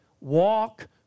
Walk